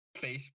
face